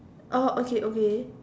okay okay